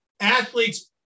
athletes